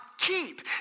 keep